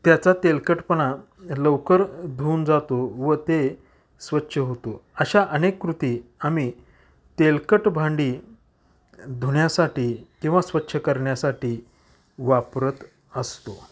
त्याचा तेलकटपणा लवकर धुवून जातो व ते स्वच्छ होतो अशा अनेक कृती आम्ही तेलकट भांडी धुण्यासाठी किंवा स्वच्छ करण्यासाठी वापरत असतो